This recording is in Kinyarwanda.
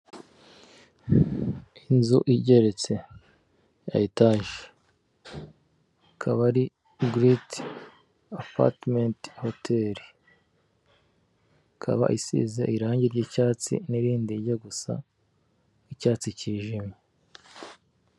Inzu igeretse ya etage akaba ari Great Apartment Hotel; ikaba isize irangi ry'icyatsi n'irindi rijya gusa nk'icyatsi cyijimye.